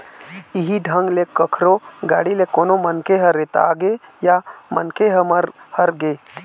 इहीं ढंग ले कखरो गाड़ी ले कोनो मनखे ह रेतागे या मनखे ह मर हर गे